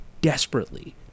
desperately